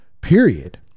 period